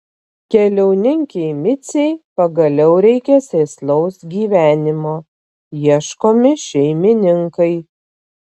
keliauninkei micei pagaliau reikia sėslaus gyvenimo ieškomi šeimininkai